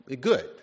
good